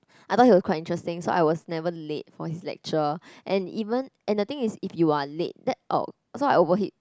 I thought he was quite interesting so I was never late for his lecture and even and the thing is if you are late that oh so I overhit